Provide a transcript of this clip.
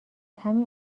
همین